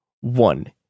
one